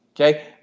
okay